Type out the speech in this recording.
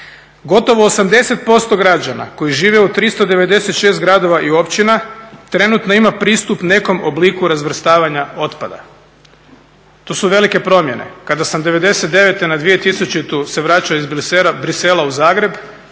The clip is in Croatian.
Gotovo 80% građana koji žive u 396 gradova i općina trenutno ima pristup nekom obliku razvrstavanja otpada. To su velike promjene. Kada sam '99. na 2000. se vraćamo iz Bruxellesa u Zagreb